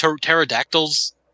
pterodactyls